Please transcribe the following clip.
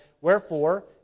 Wherefore